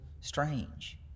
strange